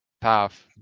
path